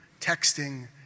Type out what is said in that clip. texting